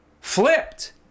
flipped